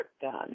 done